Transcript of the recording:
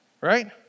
right